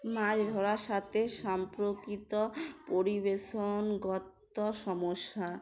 মাছ ধরার সাথে সম্পর্কিত পরিবেশগত সমস্যা